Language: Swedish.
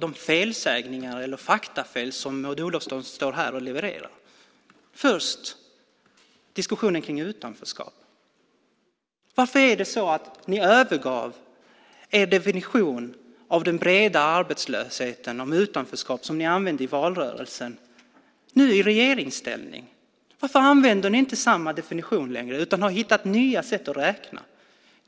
de felsägningar eller faktafel som Maud Olofsson levererar här. Först gäller det diskussionen om utanförskapet. Varför övergav ni i regeringsställning er definition av den breda arbetslösheten och utanförskapet som ni använde i valrörelsen? Varför använder ni inte samma definition längre utan har hittat nya sätt att räkna?